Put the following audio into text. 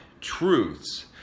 truths